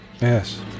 Yes